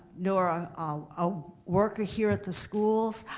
nor ah ah a worker here at the schools.